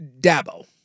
Dabo